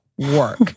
work